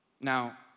Now